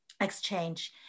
exchange